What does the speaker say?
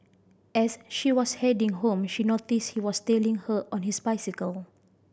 as she was heading home she noticed he was tailing her on his bicycle